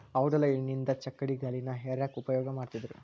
ಔಡಲ ಎಣ್ಣಿಯಿಂದ ಚಕ್ಕಡಿಗಾಲಿನ ಹೇರ್ಯಾಕ್ ಉಪಯೋಗ ಮಾಡತ್ತಿದ್ರು